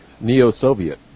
neo-soviet